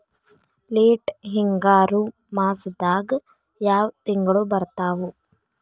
Late ಹಿಂಗಾರು ಮಾಸದಾಗ ಯಾವ್ ತಿಂಗ್ಳು ಬರ್ತಾವು?